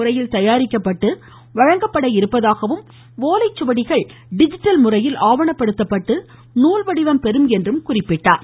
முறையில் தயாரிக்கப்பட்டு வழங்கப்பட இருப்பதாகவும் ஓலைச்சுவடிகள் டிஜிட்டல் முறையில் ஆவணப்படுத்தப்பட்டு நூல் வடிவம் பெறும் என்றும் கூறினார்